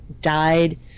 died